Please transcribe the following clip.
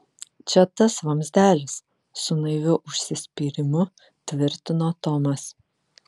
čia tas vamzdelis su naiviu užsispyrimu tvirtino tomas